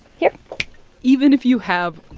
here even if you have.